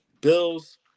Bills